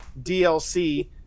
DLC